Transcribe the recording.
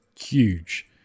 huge